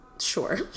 Sure